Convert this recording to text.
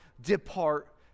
depart